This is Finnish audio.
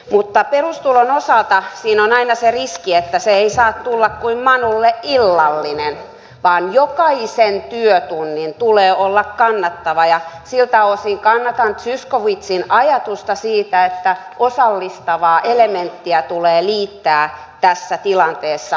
mutta perustulon osalta siinä on aina se riski että se ei saa tulla kuin manulle illallinen vaan jokaisen työtunnin tulee olla kannattava ja siltä osin kannatan zyskowiczin ajatusta siitä että osallistavaa elementtiä tulee liittää tässä tilanteessa mukaan